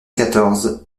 quatorze